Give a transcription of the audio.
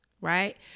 right